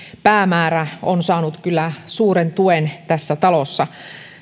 päämäärä on saanut kyllä suuren tuen tässä talossa